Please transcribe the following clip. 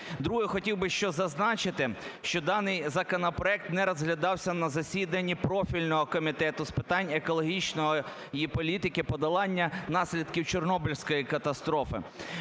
Друге. Хотів би що зазначати, що даний законопроект не розглядався на засіданні профільного Комітету з питань екологічної політики і подолання наслідків Чорнобильської катастрофи.